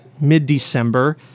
mid-December